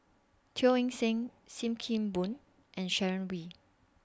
Teo Eng Seng SIM Kee Boon and Sharon Wee